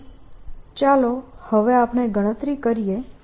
તેથી ચાલો હવે આપણે ગણતરી કરીએ